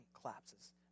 collapses